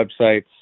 websites